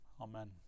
amen